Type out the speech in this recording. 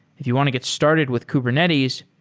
if you want to get started with kubernetes,